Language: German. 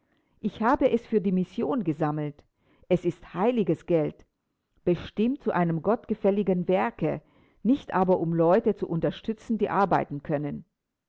ich habe es für die mission gesammelt es ist heiliges geld bestimmt zu einem gott wohlgefälligen werke nicht aber um leute zu unterstützen die arbeiten können